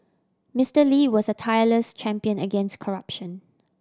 Mister Lee was a tireless champion against corruption